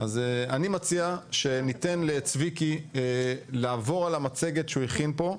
אז אני מציע שניתן לצביקי לעבור על המצגת שהוא הכין פה.